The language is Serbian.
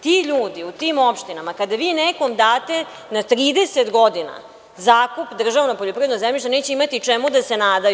Ti ljudi u tim opštinama, kada vi nekome date na 30 godina zakup državnog poljoprivrednog zemljišta, neće imati čemu da se nadaju.